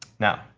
now,